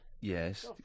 Yes